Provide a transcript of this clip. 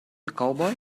cowboy